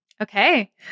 Okay